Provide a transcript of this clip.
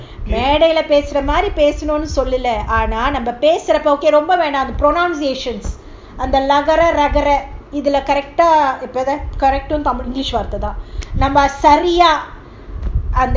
மேடைலபேசுறமாதிரிபேசணும்னுசொல்லலஆனாபேசுறப்போ:medaila pesura madhiri pesanumnu sollala aana pesurapo pronounciations நாமசரியா:nama saria